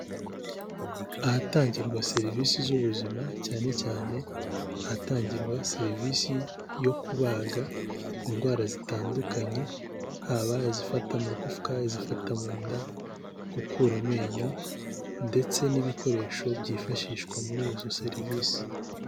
Ahatangirwa serivisi z'ubuzima cyane cyane ahatangirwa serivisi yo kubaga indwara zitandukanye haba izifata amagufwa, izifata munda, gukura amenyo ndetse n'ibikoresho byifashishwa muri izo serivisi.